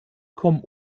kommen